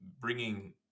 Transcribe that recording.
bringing